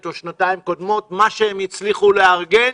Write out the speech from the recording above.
או שנתיים קודמות ומה שהם הצליחו לארגן,